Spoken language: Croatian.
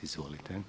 Izvolite.